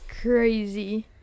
crazy